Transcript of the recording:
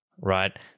right